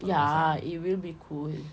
ya it will be cool